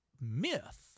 myth